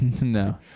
No